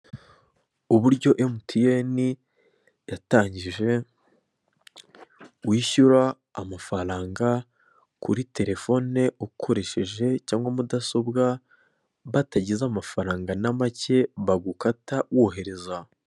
Uburyo emutiyene yatangije wishyura amafaranga kuri terefone, ukoresheje cyangwa mudasobwa batagize amafaranga na make bagukata wohereza.